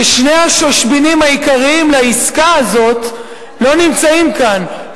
ששני השושבינים העיקריים לעסקה הזאת לא נמצאים כאן,